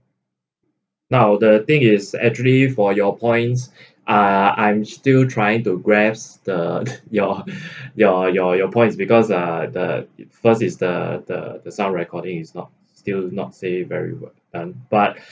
now the thing is actually for your points uh I'm still trying to grasp the your your your your points because uh the first is the the the sound recordings is not still not say very well and but